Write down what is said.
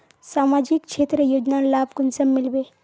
सामाजिक क्षेत्र योजनार लाभ कुंसम मिलबे?